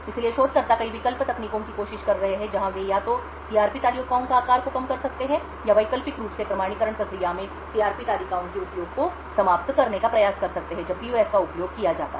इसलिए शोधकर्ता कई वैकल्पिक तकनीकों की कोशिश कर रहे हैं जहां वे या तो सीआरपी तालिकाओं के आकार को कम कर सकते हैं या वैकल्पिक रूप से प्रमाणीकरण प्रक्रिया में सीआरपी तालिकाओं के उपयोग को समाप्त करने का प्रयास कर सकते हैं जब पीयूएफ का उपयोग किया जाता है